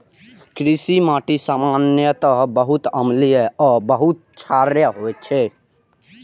कृषि माटि सामान्यतः बहुत अम्लीय आ बहुत क्षारीय होइ छै